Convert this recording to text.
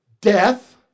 Death